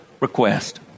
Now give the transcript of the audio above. request